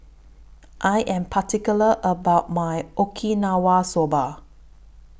I Am particular about My Okinawa Soba